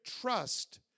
trust